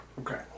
Okay